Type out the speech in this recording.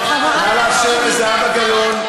נא לאפשר לזהבה גלאון,